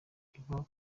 iba